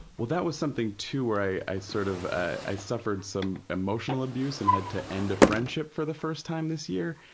well, that was something, too, where i sort of, i suffered some emotional abuse and had to end a friendship for the first time this year,